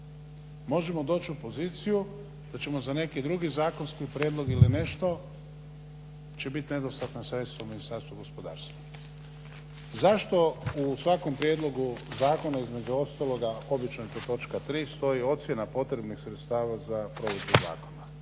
možemo doći u poziciju da ćemo za neki drugi zakonski prijedlog ili nešto će bit nedostatna sredstva u Ministarstvu gospodarstva. Zašto u svakom prijedlogu zakona između ostaloga obično je to točka tri stoji ocjena potrebnih sredstava za provedbu zakona,